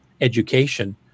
education